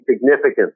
significant